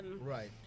Right